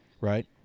Right